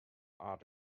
art